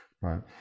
Right